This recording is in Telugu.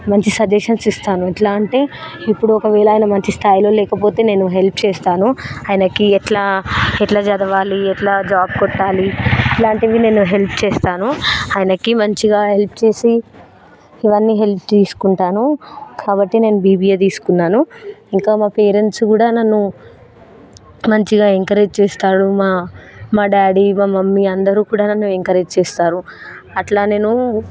మంచి సజెషన్స్ ఇస్తాను ఎట్లా అంటే ఇప్పుడు ఒకవేళ ఆయన మంచి స్థాయిలో లేకపోతే నేను హెల్ప్ చేస్తాను ఆయనకి ఎట్లా ఎట్లా చదవాలి ఎట్లా జాబ్ కొట్టాలి ఇలాంటివి నేను హెల్ప్ చేస్తాను ఆయనకి మంచిగా హెల్ప్ చేసి ఇవన్నీ హెల్ప్ తీసుకుంటాను కాబట్టి నేను బీబీఏ తీసుకున్నాను ఇంకా మా పేరెంట్స్ కూడా నన్ను మంచిగా ఎంకరేజ్ చేస్తారు మా డాడీ మా మమ్మీ అందరు కూడా నన్ను ఎంకరేజ్ చేస్తారు అట్లా నేను